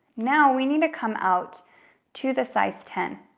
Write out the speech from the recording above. now, we need to come out to the size ten.